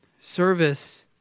service